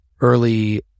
early